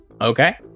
Okay